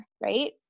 right